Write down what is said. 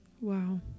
wow